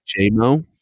jmo